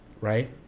right